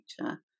nature